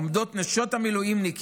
עומדות נשות המילואימניקים,